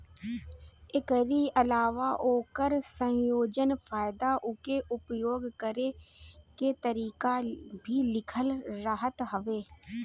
एकरी अलावा ओकर संयोजन, फायदा उके उपयोग करे के तरीका भी लिखल रहत हवे